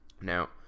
now